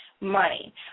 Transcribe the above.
Money